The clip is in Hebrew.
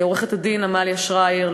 גם לעורכת-הדין עמליה שרייר,